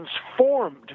transformed